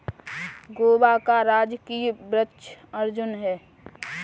गोवा का राजकीय वृक्ष अर्जुन है